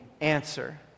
answer